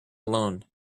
alone